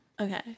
Okay